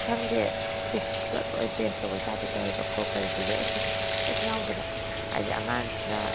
ꯈꯪꯗꯦ ꯇꯦꯛꯁꯕꯨꯛꯇ ꯂꯣꯏ ꯕꯦꯁ ꯇꯧꯕꯩ ꯇꯥꯏꯞꯇ ꯇꯧꯋꯦꯕ ꯀꯣ ꯀꯔꯤꯀꯨꯂꯔ ꯑꯦꯛꯇꯤꯚꯤꯇꯤꯁꯁꯦ ꯀꯩꯝ ꯌꯥꯎꯗꯕ ꯍꯥꯏꯗꯤ ꯑꯉꯥꯡꯁꯤꯅ